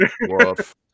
Woof